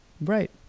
right